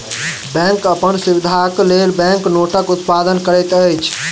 bank अपन सुविधाक लेल बैंक नोटक उत्पादन करैत अछि